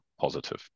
positive